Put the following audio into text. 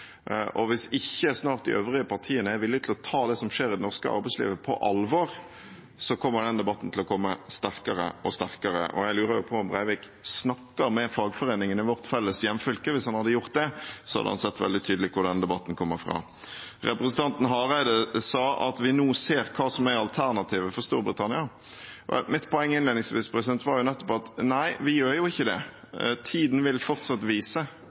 Hvis ikke de øvrige partiene snart er villige til å ta det som skjer i det norske arbeidslivet, på alvor, kommer den debatten til å komme sterkere og sterkere. Og jeg lurer jo på om Breivik snakker med fagforeningene i vårt felles hjemfylke, for hvis han hadde gjort det, hadde han sett veldig tydelig hvor denne debatten kommer fra. Representanten Hareide sa at vi nå ser hva som er alternativet for Storbritannia. Mitt poeng innledningsvis var nettopp at vi ikke gjør det. Tiden vil fortsatt vise